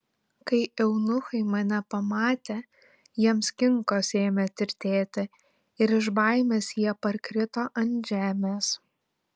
kai eunuchai mane pamatė jiems kinkos ėmė tirtėti ir iš baimės jie parkrito ant žemės